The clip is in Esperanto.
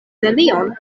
nenion